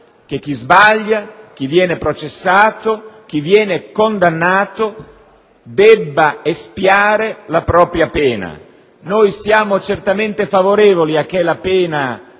che chi sbaglia, chi viene processato, chi viene condannato debba espiare la propria pena. Noi siamo certamente favorevoli a che la pena